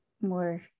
more